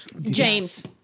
James